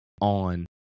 on